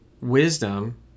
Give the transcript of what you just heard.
Wisdom